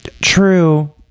true